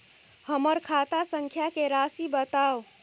हमर खाता संख्या के राशि बताउ